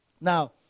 Now